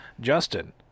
Justin